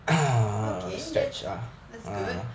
okay that's good